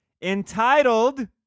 entitled